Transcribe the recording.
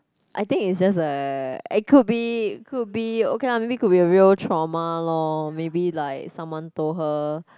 I think it's just a it could be could be okay lah maybe it could be a real trauma lor maybe like someone told her